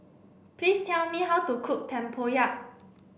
please tell me how to cook Tempoyak